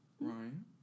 Ryan